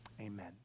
Amen